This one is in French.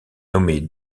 nommée